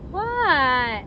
what